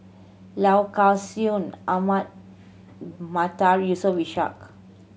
Low Kway Song Ahmad Mattar Yusof Ishak